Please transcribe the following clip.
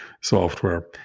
software